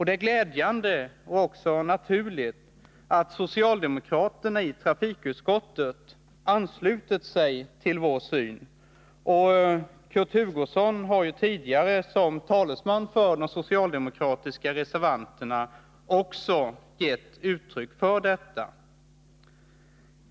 Det är glädjande och också naturligt att socialdemokraterna i trafikutskottet anslutit sig till vår syn. Kurt Hugosson har tidigare som talesman för de socialdemokratiska reservanterna också gett uttryck för detta.